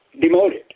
demoted